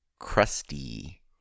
crusty